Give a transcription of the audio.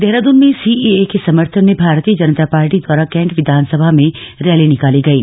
देहरादून में सीएए के समर्थन में भारतीय जनता पार्टी द्वारा कैंट विधानसभा में रैली निकाली गयी